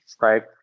right